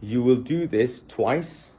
you will do this twice